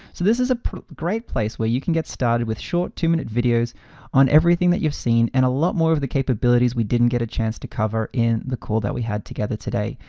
so this is a great place where you can get started with short, two-minute videos on everything that you've seen and a lot more of the capabilities we didn't get a chance to cover in the cool that we had together today.